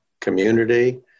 community